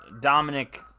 Dominic